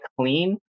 clean